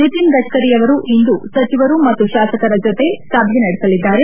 ನಿತಿನ್ ಗಡ್ಡರಿಯವರು ಇಂದು ಸಚಿವರು ಮತ್ತು ಶಾಸಕರ ಜೊತೆ ಸಭೆ ನಡೆಸಲಿದ್ದಾರೆ